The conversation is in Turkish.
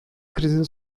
krizin